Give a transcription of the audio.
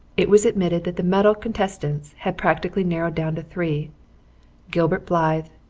it was admitted that the medal contestants had practically narrowed down to three gilbert blythe,